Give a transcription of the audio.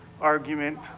argument